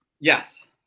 Yes